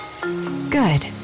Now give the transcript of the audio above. Good